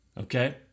Okay